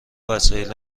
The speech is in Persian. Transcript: وسایل